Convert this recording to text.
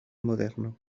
moderno